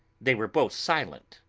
they were both silent,